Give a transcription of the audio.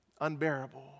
unbearable